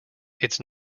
its